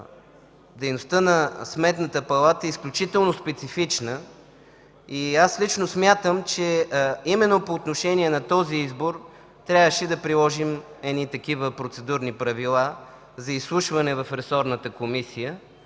дейността на Сметната палата е изключително специфична и аз лично смятам, че именно по отношение на този избор трябваше да приложим едни такива процедурни правила за изслушване в Ресорната комисия